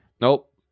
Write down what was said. Nope